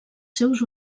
seus